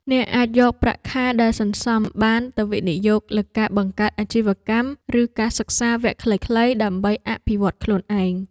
អ្នកអាចយកប្រាក់ដែលសន្សំបានទៅវិនិយោគលើការបង្កើតអាជីវកម្មឬការសិក្សាវគ្គខ្លីៗដើម្បីអភិវឌ្ឍខ្លួនឯង។